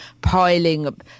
piling